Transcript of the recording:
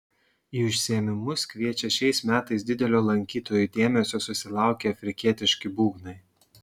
į užsiėmimus kviečia šiais metais didelio lankytojų dėmesio susilaukę afrikietiški būgnai